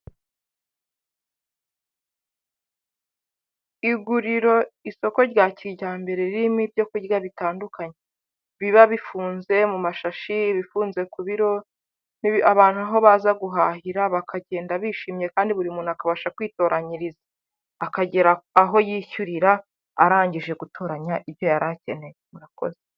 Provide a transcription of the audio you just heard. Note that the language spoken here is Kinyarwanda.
Iguriro, isoko rya kijyambere ririmo ibyo kurya bitandukanye, biba bifunze mu mashashi, ibifunze ku biro, abantu aho baza guhahira bakagenda bishimye kandi buri muntu akabasha kwitoranyiriza, akagera aho yishyurira arangije gutoranya ibyo yari akeneye, murakoze.